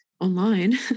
online